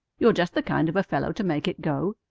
you're just the kind of a fellow to make it go.